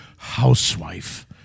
housewife